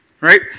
right